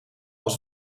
als